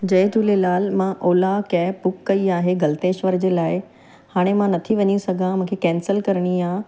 जय झूलेलाल मां Ola cab book कई आहे गल्तेश्वर जे लाइ हाणे मां नथी वञी सघां मूंखे कैंसिल करणी आहे